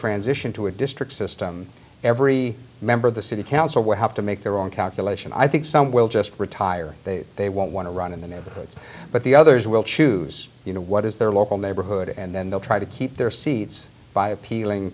transition to a district system every member of the city council will have to make their own calculation i think some will just retire they won't want to run in the neighborhoods but the others will choose you know what is their local neighborhood and then they'll try to keep their seats by appealing